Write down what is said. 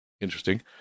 Interesting